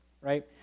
right